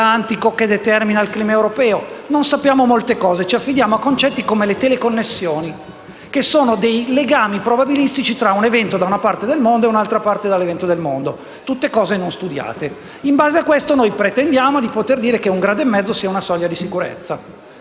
atlantico" che determina il clima europeo. Non sappiamo molte cose e ci affidiamo a concetti come le teleconnessioni che sono legami probabilistici tra un evento che accade in una parte del mondo e un altro evento che avviene da un'altra parte del mondo. Tutte cose non studiate. In base a questo, noi pretendiamo di poter dire che un grado e mezzo sia una soglia di sicurezza,